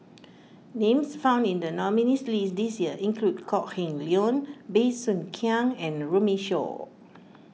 names found in the nominees' list this year include Kok Heng Leun Bey Soo Khiang and Runme Shaw